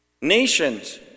Nations